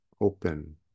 open